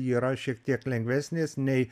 yra šiek tiek lengvesnės nei